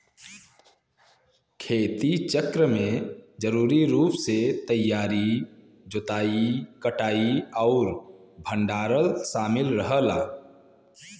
खेती चक्र में जरूरी रूप से तैयारी जोताई कटाई और भंडारण शामिल रहला